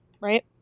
Right